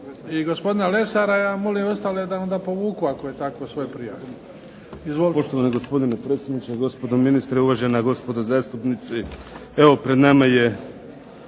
i gospodina Lesara ja molim ostale da onda povuku ako je tako svoje prijave. **Kajin, Damir (IDS)** Poštovani gospodine predsjedniče, gospodine ministre, uvažena gospodo zastupnici. Evo pred nama je